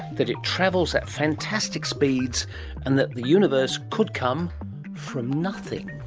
that it travels at fantastic speeds and that the universe could come from nothing.